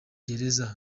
gereza